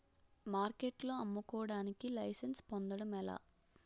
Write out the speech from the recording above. మార్కెట్లో అమ్ముకోడానికి లైసెన్స్ పొందడం ఎలా?